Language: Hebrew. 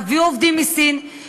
תביאו עובדים מסין,